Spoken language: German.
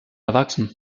erwachsen